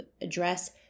address